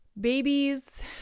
Babies